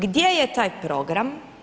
Gdje je taj program?